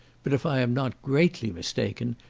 but if i am not greatly mistaken,